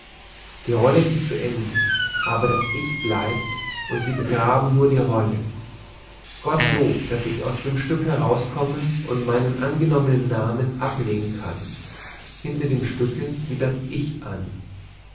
die rolle geht zu ende aber das ich bleibt und sie begraben nur die rolle gottlob daß ich aus dem stücke herauskomme und meinen angenommenen namen ablegen kann hinter dem stücke geht das ich an